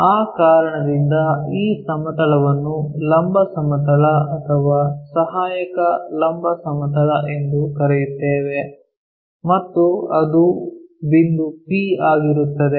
ಆ ಕಾರಣದಿಂದಾಗಿ ಈ ಸಮತಲವನ್ನು ಲಂಬ ಸಮತಲ ಅಥವಾ ಸಹಾಯಕ ಲಂಬ ಸಮತಲ ಎಂದು ಕರೆಯುತ್ತೇವೆ ಮತ್ತು ಅದು ಬಿಂದು P ಆಗಿರುತ್ತದೆ